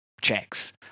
checks